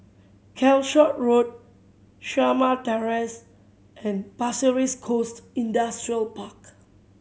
Calshot Road Shamah Terrace and Pasir Ris Coast Industrial Park